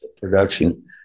Production